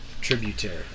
Tributary